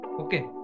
Okay